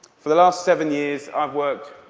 for the last seven years i've worked